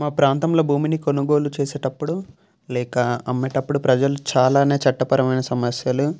మా ప్రాంతంలో భూమిని కొనుగోలు చేసేటప్పుడు లేక అమ్మేటప్పుడు ప్రజలు చాలానే చట్టపరమైన సమస్యలు